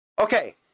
Okay